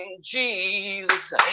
Jesus